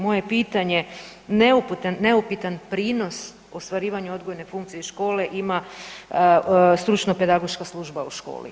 Moje pitanje, neupitan prinos ostvarivanju odgojne funkcije škole ima stručno-pedagoška služba u školi.